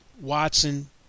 Watson